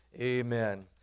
Amen